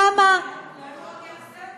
אולי הוא עוד יעשה את זה.